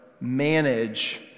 manage